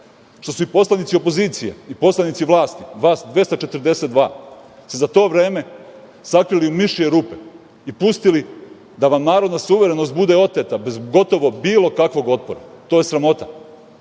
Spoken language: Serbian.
što su i poslanici opozicije i poslanici vlasti, vas 242, se za to vreme se sakrili u mišije rupe i pustili da vam narodna suverenost bude oteta bez gotovo bilo kakvog otpora. To je sramota,